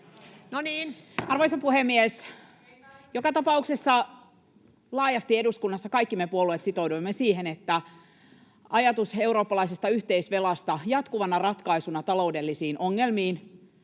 arvoisa puhemies, joka tapauksessa laajasti eduskunnassa kaikki me puolueet sitouduimme siihen, että ajatus eurooppalaisesta yhteisvelasta jatkuvana ratkaisuna taloudellisiin ongelmiin...